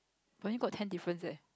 but it got ten difference there